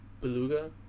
Beluga